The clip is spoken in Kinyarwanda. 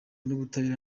n’ubutabera